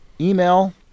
email